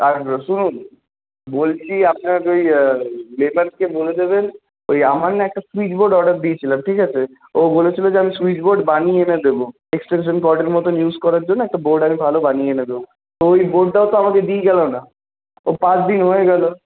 আর শুনুন বলছি আপনার ওই লেবারকে বলে দেবেন ওই আমার না একটা সুইচ বোর্ড অর্ডার দিয়েছিলাম ঠিক আছে ও বলেছিল যে আমি সুইচ বোর্ড বানিয়ে এনে দেবো এক্সটেনশন কর্ডের মতো ইউজ করার জন্য একটা বোর্ড আমি ভালো বানিয়ে এনে দেবো ওই বোর্ডটাও তো আমাকে দিয়ে গেল না ও পাঁচদিন হয়ে গেল